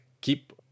keep